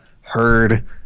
heard